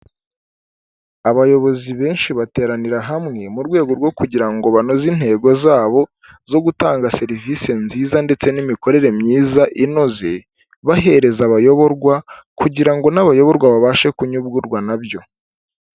Abayobozi benshi bateranira hamwe mu rwego rwo kugira ngo banoze intego zabo, zo gutanga serivisi nziza ndetse n'imikorere myiza inoze, bahereza abayoborwa kugira ngo n'abayoborwa babashe kunyugurwa nabyo.